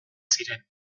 ziren